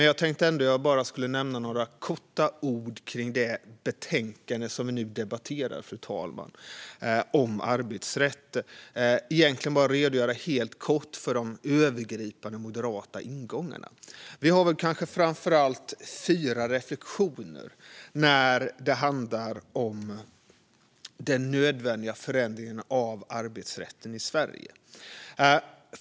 Jag tänkte ändå nämna några ord kring det betänkande om arbetsrätten som vi nu debatterar, fru talman, och helt kort redogöra för de övergripande moderata ingångarna. Vi har framför allt fyra reflektioner när det handlar om den nödvändiga förändringen av arbetsrätten i Sverige.